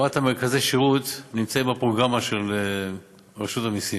הקמת מרכזי השירות נמצאת בפרוגרמה של רשות המסים,